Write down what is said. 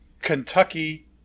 Kentucky